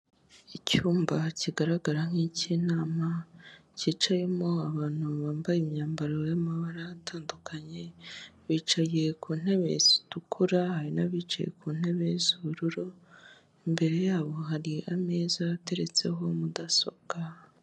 Icyumba kigaragara nk'icy'inama cyicayemo abantu bambaye imyambaro y'amabara atandukanye, bicaye ku ntebe zitukura, hari n'abicaye ku ntebe z'ubururu, imbere yabo hari ameza ateretseho mudasobwa.